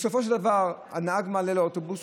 בסופו של דבר הנהג מעלה לאוטובוס,